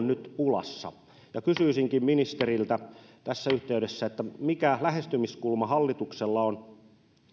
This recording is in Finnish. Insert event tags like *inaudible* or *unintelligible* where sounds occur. *unintelligible* nyt pulassa ja kysyisinkin ministeriltä tässä yhteydessä mikä lähestymiskulma hallituksella on